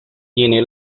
tiene